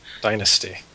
Dynasty